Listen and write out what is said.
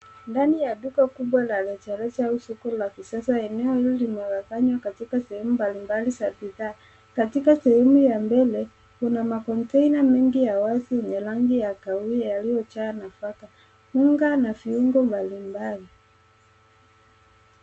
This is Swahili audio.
Ndani ya duka kubwa la rejareja au soko la kisasa, eneo hili linaonekana katika sehemu mbalimbali za bidhaa, katika sehemu ya mbele kuna makonteina mingi ya wazi yenye rangi ya kahawia yaliyojaa nafaka, unga na viungo mbalimbali.